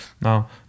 Now